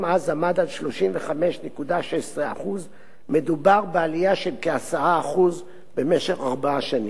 אז היה 35.16%. מדובר בעלייה של כ-10% בארבע השנים.